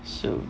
so